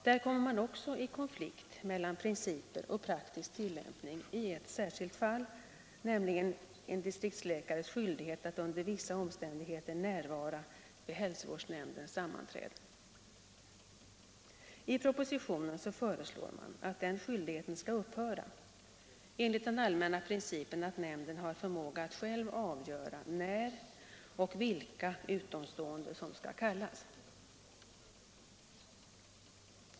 Där blir det också konflikt mellan principer och praktisk tillämpning i ett särskilt fall, nämligen beträffande distriktsläkares skyldighet att under vissa omständigheter närvara vid hälsovårdsnämndens sammanträden. I propositionen föreslås att den skyldigheten skall upphöra — enligt den allmänna principen att nämnden har förmåga att själv avgöra när och vilka utomstående som skall kallas.